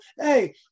Hey